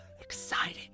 exciting